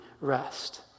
rest